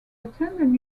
attending